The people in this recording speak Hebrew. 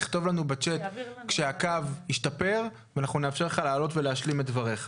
תכתוב לנו בצ'ט כשהקו ישתפר ונאפשר לך לעלות ולהשלים דבריך.